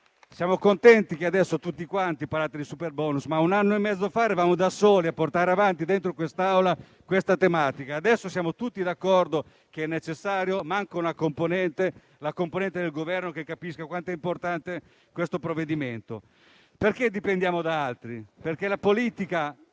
Siamo contenti che adesso tutti quanti parliate di super bonus, ma un anno e mezzo fa eravamo da soli a portare avanti questa tematica all'interno di quest'Assemblea. Adesso siamo tutti d'accordo che è necessario, manca la componente del Governo che capisca quanto è importante questo provvedimento. Dipendiamo da altri perché la politica